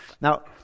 Now